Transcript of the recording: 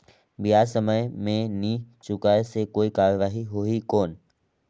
ब्याज समय मे नी चुकाय से कोई कार्रवाही होही कौन?